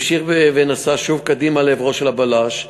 המשיך ונסע שוב קדימה לעברו של הבלש,